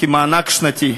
כמענק שנתי.